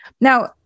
Now